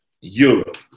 Europe